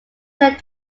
said